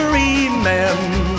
remember